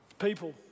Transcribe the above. People